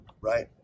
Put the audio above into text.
right